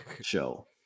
show